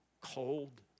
cold